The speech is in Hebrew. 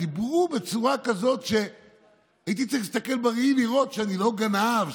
דיברו בצורה כזאת שהייתי צריך להסתכל בראי לראות שאני לא גנב,